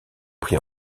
pris